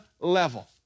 level